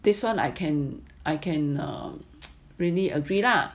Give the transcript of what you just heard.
this one I can I can really agree lah